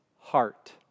heart